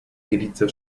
grigia